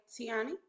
Tiani